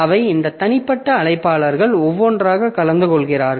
எனவே இந்த தனிப்பட்ட அழைப்பாளர்கள் ஒவ்வொன்றாக கலந்து கொள்கிறார்கள்